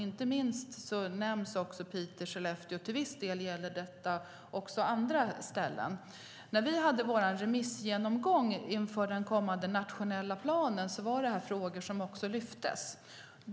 Inte minst nämns Piteå och Skellefteå, och till viss del gäller detta också på andra ställen. När vi hade vår remissgenomgång inför den nationella planen var detta frågor som lyftes fram.